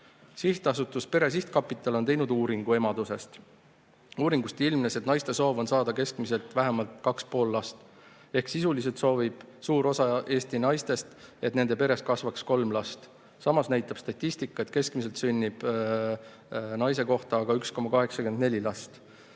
200.Sihtasutus Pere Sihtkapital on teinud uuringu emadusest. Uuringust ilmnes, et naiste soov on saada keskmiselt vähemalt 2,5 last. Ehk sisuliselt soovib suur osa Eesti naistest, et nende peres kasvaks kolm last. Samas näitab statistika, et keskmiselt sünnib naise kohta 1,84 last.